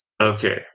Okay